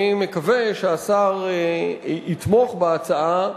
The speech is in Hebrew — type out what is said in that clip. אני מקווה שהשר יתמוך בהצעה,